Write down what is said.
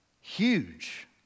huge